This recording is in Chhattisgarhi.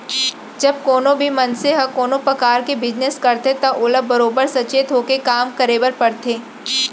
जब कोनों भी मनसे ह कोनों परकार के बिजनेस करथे त ओला बरोबर सचेत होके काम करे बर परथे